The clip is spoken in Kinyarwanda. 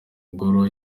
ngoro